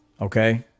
Okay